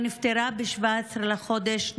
היא נפטרה ב-17 בחודש.